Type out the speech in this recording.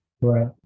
right